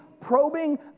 probing